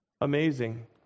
Amazing